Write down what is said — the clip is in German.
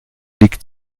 liegt